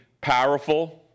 powerful